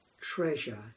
treasure